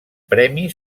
premi